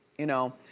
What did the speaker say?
you know.